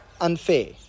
unfair